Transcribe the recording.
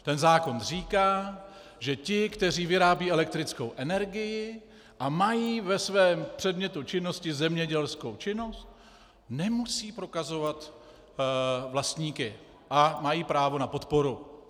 Ten zákon říká, že ti, kteří vyrábí elektrickou energii a mají ve svém předmětu činnosti zemědělskou činnost, nemusí prokazovat vlastníky a mají právo na podporu.